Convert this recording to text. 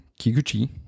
Kiguchi